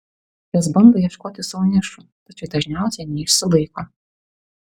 jos bando ieškoti sau nišų tačiau dažniausiai neišsilaiko